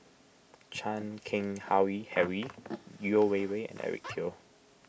Chan Keng Howe Harry Yeo Wei Wei and Eric Teo